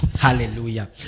Hallelujah